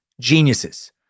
geniuses